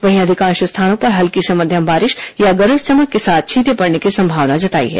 वहीं अधिकांश स्थानों पर हल्की से मध्यम बारिश या गरज चमक के साथ छींटे पड़ने की संभावना जताई है